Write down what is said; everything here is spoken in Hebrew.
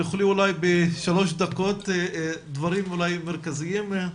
תוכלי אולי בשלוש דקות, דברים אולי מרכזיים.